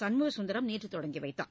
சண்முகசுந்தரம் நேற்று தொடங்கி வைத்தார்